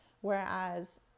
Whereas